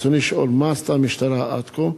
רצוני לשאול: 1. מה עשתה המשטרה עד כה?